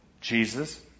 Jesus